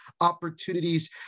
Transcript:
opportunities